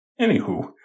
Anywho